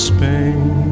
Spain